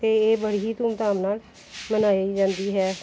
ਅਤੇ ਇਹ ਬੜੀ ਹੀ ਧੂਮਧਾਮ ਨਾਲ ਮਨਾਈ ਜਾਂਦੀ ਹੈ